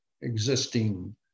existing